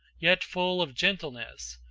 yet full of gentleness,